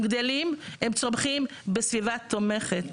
הם צומחים וגדלים בסביבה תומכת.